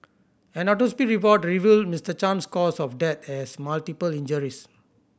an report revealed Mister Chan's cause of death as multiple injuries